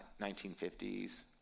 1950s